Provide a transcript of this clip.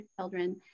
children